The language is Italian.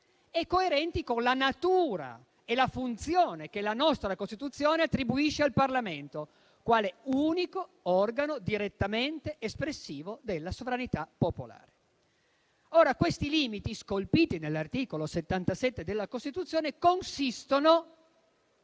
di Governo e con la natura e la funzione che la nostra Costituzione attribuisce al Parlamento, quale unico organo direttamente espressivo della sovranità popolare. Questi limiti, scolpiti nell'articolo 77 della Costituzione, consistono